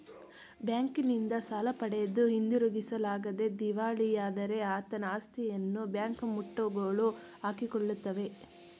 ಬ್ಯಾಂಕಿನಿಂದ ಸಾಲ ಪಡೆದು ಹಿಂದಿರುಗಿಸಲಾಗದೆ ದಿವಾಳಿಯಾದರೆ ಆತನ ಆಸ್ತಿಯನ್ನು ಬ್ಯಾಂಕ್ ಮುಟ್ಟುಗೋಲು ಹಾಕಿಕೊಳ್ಳುತ್ತದೆ